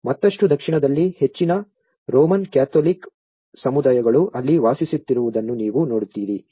ಮತ್ತಷ್ಟು ದಕ್ಷಿಣದಲ್ಲಿ ಹೆಚ್ಚಿನ ರೋಮನ್ ಕ್ಯಾಥೋಲಿಕ್ ಸಮುದಾಯಗಳು ಅಲ್ಲಿ ವಾಸಿಸುತ್ತಿರುವುದನ್ನು ನೀವು ನೋಡುತ್ತೀರಿ